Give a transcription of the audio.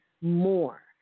more